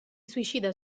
suicida